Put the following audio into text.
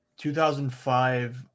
2005